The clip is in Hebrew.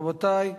רבותי,